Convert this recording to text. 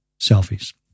selfies